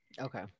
okay